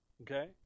Okay